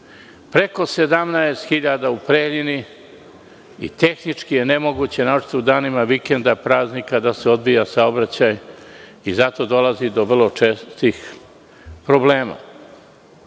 preko 17 hiljada u Preljini i tehnički je nemoguće, naročito u danima vikenda i praznika da se odvija saobraćaj i zato dolazi do vrlo čestih problema.